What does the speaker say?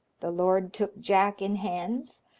the lord took jack in hands,